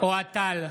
אוהד טל,